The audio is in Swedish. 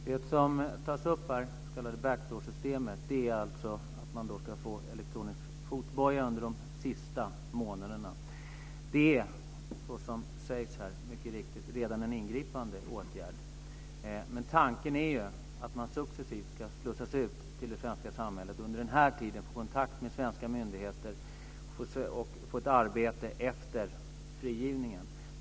Herr talman! Det s.k. back door-systemet innebär alltså att man ska få elektronisk fotboja under de sista månaderna av strafftiden. Det är, såsom sägs här, mycket riktigt en ingripande åtgärd. Men tanken är ju att man successivt ska slussas ut i det svenska samhället och under denna tid få kontakt med svenska myndigheter och få ett arbete efter frigivningen.